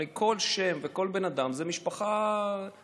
הרי כל שם וכל בן אדם זה משפחה מרוסקת.